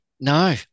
No